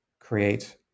create